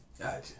Gotcha